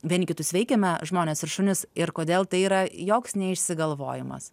vieni kitus veikiame žmonės ir šunis ir kodėl tai yra joks neišsigalvojimas